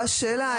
השאלה,